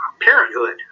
Parenthood